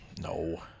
No